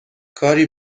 کاری